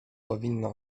powinno